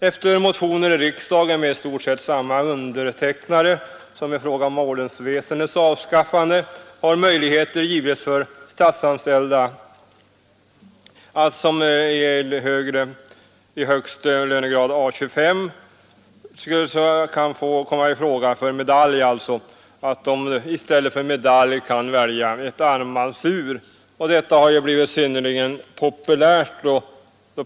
Efter motioner i riksdagen med i stort sett samma undertecknare som i fråga om ordensväsendets avskaffande har möjligheter givits för statsanställda i lägre lönegrad än A 25 — dvs. de som endast kunde komma i fråga för medalj — att i stället för medalj välja armbandsur. Detta har blivit synnerligen populärt.